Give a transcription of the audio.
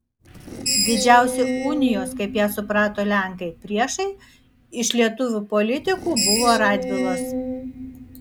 didžiausi unijos kaip ją suprato lenkai priešai iš lietuvių politikų buvo radvilos